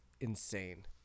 insane